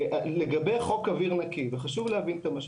לגבי חוק אוויר נקי, וחשוב להבין את המשמעות.